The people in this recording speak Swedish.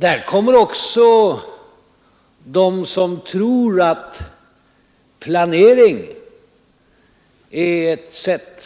Där kommer också de som tror, att planering är ett sätt